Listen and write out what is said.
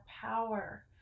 power